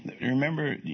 remember